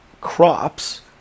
crops